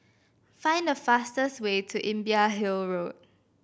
find the fastest way to Imbiah Hill Road